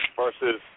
versus